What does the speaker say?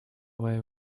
way